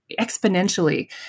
exponentially